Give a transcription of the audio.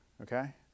okay